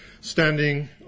standing